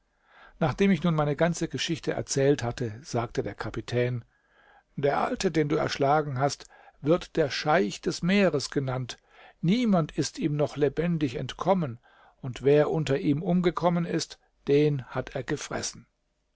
nachdem ich nun meine ganze geschichte erzählt hatte sagte der kapitän der alte den du erschlagen hast wird der scheich des meeres genannt niemand ist ihm noch lebendig entkommen und wer unter ihm umgekommen ist den hat er gefressen